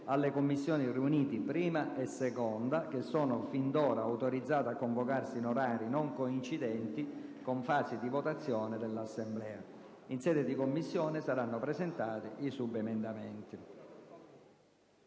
alle Commissioni riunite 1a e 2a, che sono fin d'ora autorizzate a convocarsi in orari non coincidenti con fasi di votazione dell'Assemblea. In sede di Commissione saranno presentati i subemendamenti.